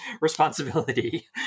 responsibility